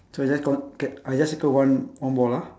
so I just K I just circle one one ball ah